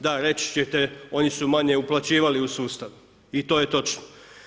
Da, reći ćete oni su manje uplaćivali u sustav i to je točno.